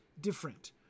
different